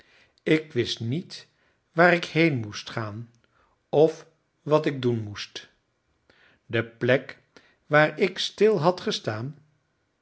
ik wist niet waar ik heen moest gaan of wat ik doen moest de plek waar ik stil had gestaan